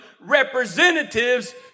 representatives